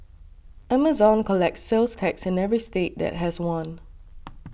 Amazon collects sales tax in every state that has one